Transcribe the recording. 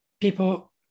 people